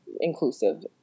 inclusive